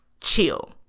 chill